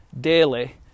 daily